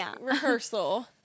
rehearsal